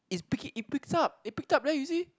it's picking it picks up it picked up leh you see